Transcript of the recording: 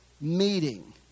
meeting